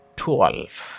twelve